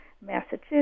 Massachusetts